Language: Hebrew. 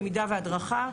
למידה והדרכה,